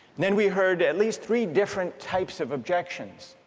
then we heard at least three different types of objections,